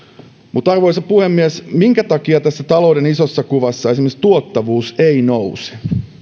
arvoisa puhemies minkä takia tässä talouden isossa kuvassa esimerkiksi tuottavuus ei nouse